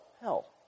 hell